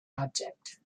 object